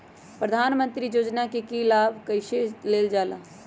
प्रधानमंत्री योजना कि लाभ कइसे लेलजाला?